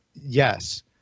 yes